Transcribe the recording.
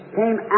came